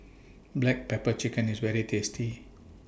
Black Pepper Chicken IS very tasty